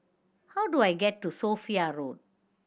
how do I get to Sophia Road